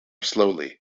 slowly